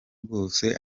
bwose